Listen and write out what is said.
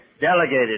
delegated